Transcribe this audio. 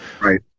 Right